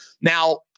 Now